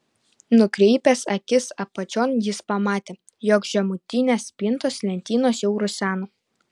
nukreipęs akis apačion jis pamatė jog žemutinės spintos lentynos jau rusena